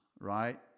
right